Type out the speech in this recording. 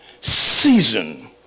season